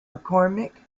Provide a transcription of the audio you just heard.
mccormick